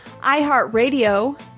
iHeartRadio